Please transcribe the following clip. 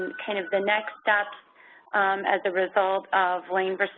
and kind of, the next steps as a result of lane v.